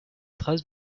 trace